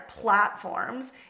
platforms